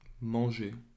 Manger